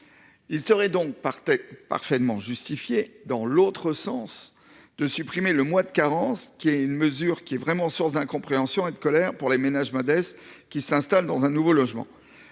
Il serait donc parfaitement justifié, dans l’autre sens, de supprimer le mois de carence, véritable source d’incompréhension et de colère pour les ménages modestes qui s’installent dans un nouveau logement.